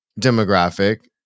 demographic